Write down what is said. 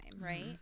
right